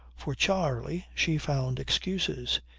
for charley she found excuses.